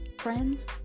friends